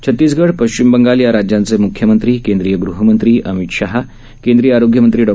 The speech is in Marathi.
छत्तीसगढ पश्चिम बंगाल या राज्यांचे मुख्यमंत्री केंद्रीय गृहमंत्री अमित शाह केंद्रीय आरोग्यमंत्री डॉ